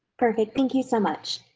perfect. thank you so much.